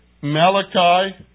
Malachi